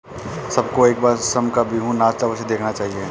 सबको एक बार असम का बिहू नाच अवश्य देखना चाहिए